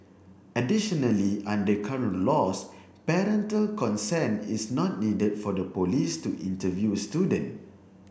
additionally under current laws parental consent is not needed for the police to interview a student